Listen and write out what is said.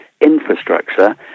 infrastructure